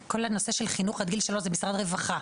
הנושא של חינוך עד גיל שלוש זה משרד הרווחה.